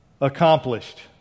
accomplished